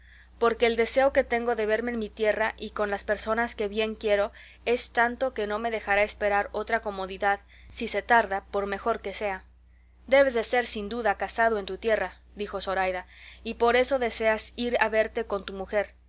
porque el deseo que tengo de verme en mi tierra y con las personas que bien quiero es tanto que no me dejará esperar otra comodidad si se tarda por mejor que sea debes de ser sin duda casado en tu tierra dijo zoraida y por eso deseas ir a verte con tu mujer